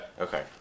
Okay